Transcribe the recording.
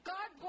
God